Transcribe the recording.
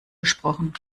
gesprochen